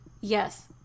Yes